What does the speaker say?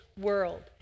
world